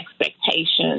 expectations